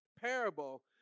parable